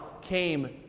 came